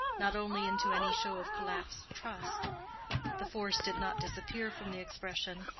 not only into any show of collapsed trust the force did not disappear from the expression,